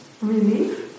relief